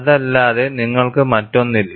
അതല്ലാതെ നിങ്ങൾക്ക് മറ്റൊന്നില്ല